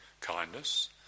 kindness